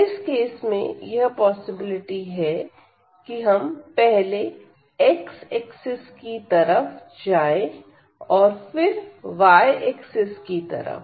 इस केस में यह पॉसिबिलिटी है कि हम पहले x ऐक्सिस की तरफ जाएं और फिर yऐक्सिस की तरफ